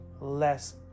less